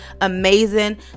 amazing